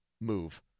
move